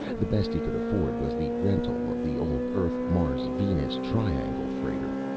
the best he could afford was the rental of the old earth-mars-venus triangle freighter.